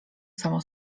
samo